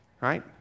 Right